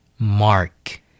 Mark